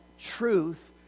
truth